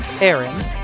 Aaron